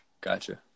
Gotcha